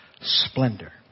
splendor